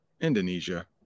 Indonesia